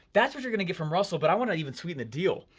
that's what you're gonna get from russell, but i wanna even sweeten the deal,